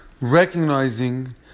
recognizing